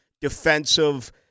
defensive